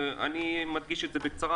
אני מדגיש בקצרה,